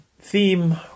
theme